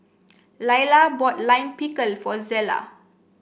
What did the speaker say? Laila bought Lime Pickle for Zella